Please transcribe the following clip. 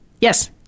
Yes